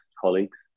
colleagues